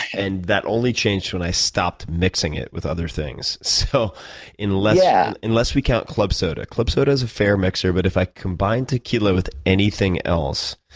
and that only changed when i stopped mixing it with other things. so unless yeah unless we count club soda. club soda is a fair mixer but if i combine tequila with anything else,